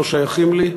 והם לא שייכים לי.